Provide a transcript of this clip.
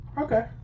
okay